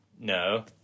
No